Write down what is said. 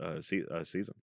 season